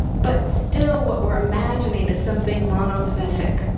but still, what we're imagining is something monothetic,